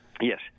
Yes